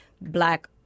black